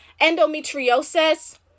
endometriosis